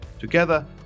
Together